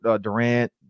Durant